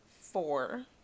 four